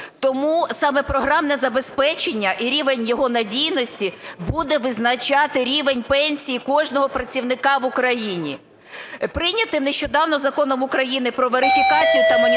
Тому саме програмне забезпечення і рівень його надійності буде визначати рівень пенсії кожного працівника в Україні. Прийнятим нещодавно Законом України "Про верифікацію та моніторинг